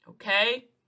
Okay